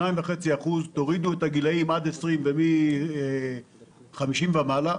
2.5%, תורידו את הגילאים עד 20 ומ-50 ומעלה,